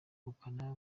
ubukana